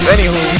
Anywho